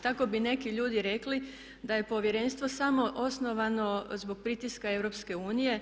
Tako bi neki ljudi rekli da je Povjerenstvo samo osnovano zbog pritiska EU.